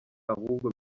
ahubwo